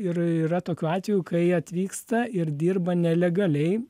ir yra tokių atvejų kai atvyksta ir dirba nelegaliai